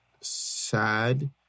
sad